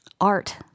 art